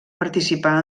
participà